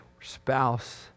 spouse